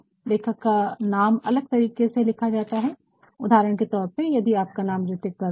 लेखक का नाम अलग तरीके से लिखा जाता है उदाहरण के तौर पर यदि आपका नाम रितिक वर्मा है